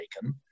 taken